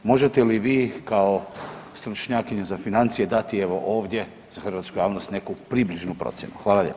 Možete li vi kao stručnjakinja za financije dati evo ovdje za hrvatsku javnost neku približnu procjenu?